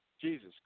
Jesus